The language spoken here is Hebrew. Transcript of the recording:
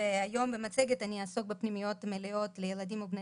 והיום במצגת אני אעסוק בפנימיות מלאות לילדים ובני